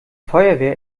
feuerwehr